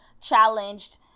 challenged